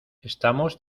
estamos